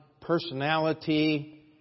personality